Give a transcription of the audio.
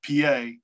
pa